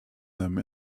them